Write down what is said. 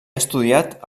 estudiat